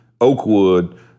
Oakwood